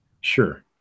Sure